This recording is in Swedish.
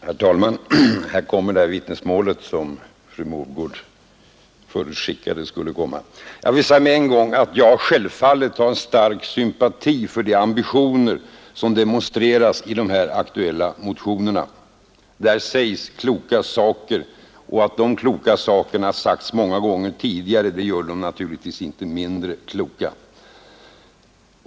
Herr talman! Här kommer det vittnesmål som fru Mogård förutskickade. Jag vill med en gång säga att jag självfallet har en stark sympati för de ambitioner som demonstreras i de aktuella motionerna. Där sägs kloka saker, och att de kloka sakerna sagts många gånger tidigare gör dem naturligtvis inte mindre kloka.